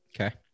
Okay